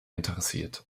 interessiert